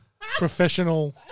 professional